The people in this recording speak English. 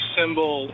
symbol